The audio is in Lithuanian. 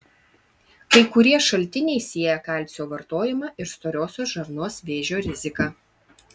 kai kurie šaltiniai sieja kalcio vartojimą ir storosios žarnos vėžio riziką